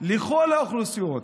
לכל האוכלוסיות